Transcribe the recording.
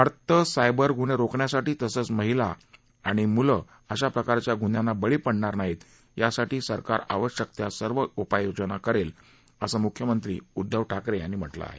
वाढतं सायबर गुन्हे रोखण्यासाठी तसंच महिला आणि मुलं अशा प्रकारच्या गुन्ह्यांना बळी पडणार नाहीत यासाठी सरकार आवश्यक त्या सर्व उपाययोजना करेल असं मुख्यमंत्री उद्दव ठाकरे यांनी म्हटलं आहे